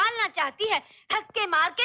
um my ah dear grandma.